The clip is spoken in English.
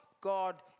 God